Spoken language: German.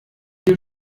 viel